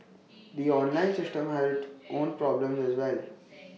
the online system had own problems as well